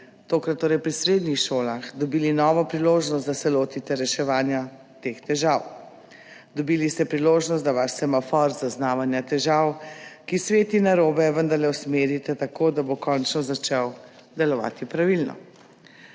tokrat torej pri srednjih šolah dobili novo priložnost, da se lotite reševanja teh težav. Dobili ste priložnost, da svoj semafor zaznavanja težav, ki sveti narobe, vendarle usmerite tako, da bo končno začel delovati pravilno.